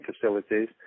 facilities